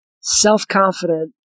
self-confident